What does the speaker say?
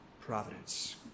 providence